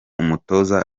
umutoza